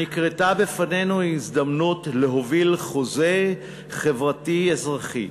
נקרתה בפנינו ההזדמנות להוביל חוזה חברתי אזרחי,